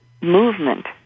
movement